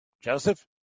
Joseph